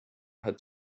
had